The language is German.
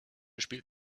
spielt